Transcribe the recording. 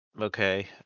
okay